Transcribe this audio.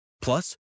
Plus